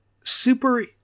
super